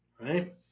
right